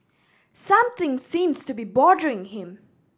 something seems to be bothering him